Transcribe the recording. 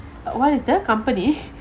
what is the company